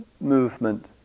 movement